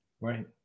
Right